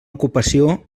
ocupació